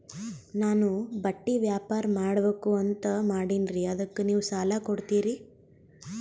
ನಾನು ಬಟ್ಟಿ ವ್ಯಾಪಾರ್ ಮಾಡಬಕು ಅಂತ ಮಾಡಿನ್ರಿ ಅದಕ್ಕ ನೀವು ಸಾಲ ಕೊಡ್ತೀರಿ?